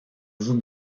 vous